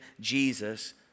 Jesus